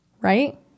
right